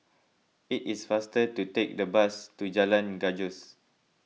it is faster to take the bus to Jalan Gajus